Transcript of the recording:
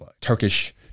Turkish